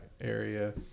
area